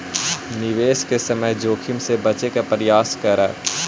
निवेश के समय जोखिम से बचे के प्रयास करऽ